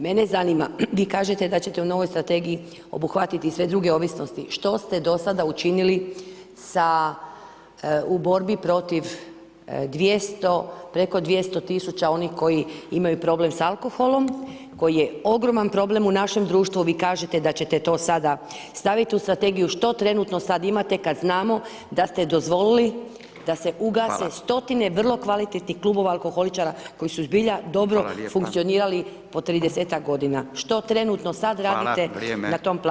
Mene zanima, vi kažete da ćete u novoj strategiji obuhvatiti sve druge ovisnosti, što ste do sada učinili sa, u borbi protiv 200, preko 200 000 onih koji imaju problem s alkoholom, koji je ogroman problem u našem društvu, vi kažete da ćete to sada staviti u strategiju, što trenutno sad imate kad znamo da ste dozvolili da se ugase [[Upadica: Hvala]] stotine vrlo kvalitetnih kluba alkoholičara [[Upadica: Hvala lijepa]] koji su zbilja dobro funkcionirali [[Upadica: Hvala lijepa]] po 30-tak godina, što trenutno sad [[Upadica: Hvala, vrijeme]] radite na tom planu.